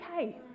okay